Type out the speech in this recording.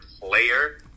player